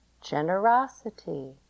Generosity